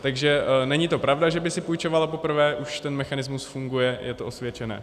Takže není to pravda, že by si půjčovala poprvé, už ten mechanismus funguje, je to osvědčené.